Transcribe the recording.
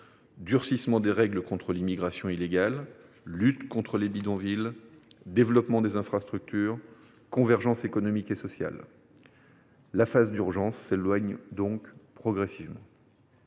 durcissement des règles contre l’immigration illégale, lutte contre les bidonvilles, développement des infrastructures, convergence économique et sociale. Nous nous éloignons donc progressivement